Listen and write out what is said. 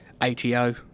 ATO